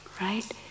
Right